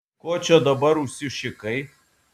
ko čia dabar užsišikai